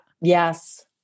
Yes